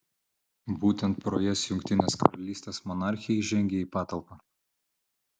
būtent pro jas jungtinės karalystės monarchė įžengia į patalpą